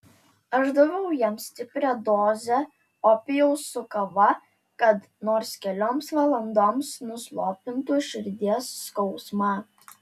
aš daviau jam stiprią dozę opijaus su kava kad nors kelioms valandoms nuslopintų širdies skausmą